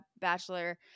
Bachelor